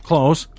Close